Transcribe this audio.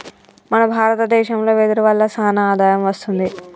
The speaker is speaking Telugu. మన భారత దేశంలో వెదురు వల్ల సానా ఆదాయం వస్తుంది